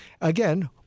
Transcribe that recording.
again